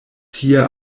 tie